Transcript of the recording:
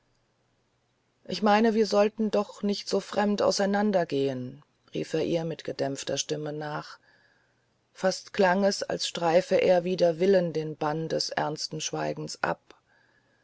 ich meine heute sollten wir doch nicht so fremd auseinandergehen rief er ihr mit gedämpfter stimme nach fast klang es als streife er wider willen den bann des ernsten schweigens ab